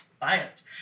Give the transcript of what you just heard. Biased